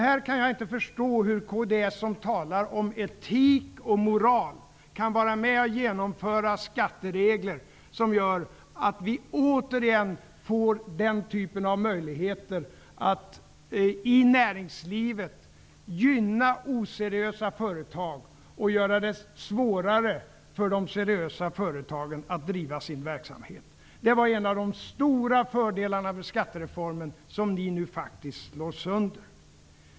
Jag kan inte förstå hur kds som talar om etik och moral kan vara med och genomföra skatteregler som medför att det återigen finns möjligheter att i näringslivet gynna oseriösa företag samtidigt som man gör det svårare för de seriösa företagen att driva sin verksamhet. Det var en av de stora fördelarna med skattereformen, som ni nu faktiskt slår sönder.